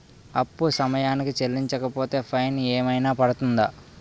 అప్పు సమయానికి చెల్లించకపోతే ఫైన్ ఏమైనా పడ్తుంద?